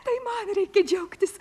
tai man reikia džiaugtis